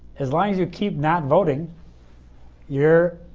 as long as you keep not voting you're